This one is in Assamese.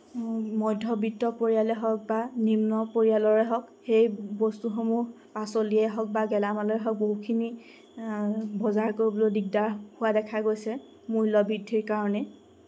মধ্যবিত্ত পৰিয়ালেই হওক বা নিম্ন পৰিয়ালৰে হওক সেই বস্তুসমূহ পাচলিয়ে হওক বা গেলামালেই হওক বহুখিনি বজাৰ কৰিবলৈ দিগদাৰ হোৱা দেখা গৈছে মূল্যবৃদ্ধিৰ কাৰণে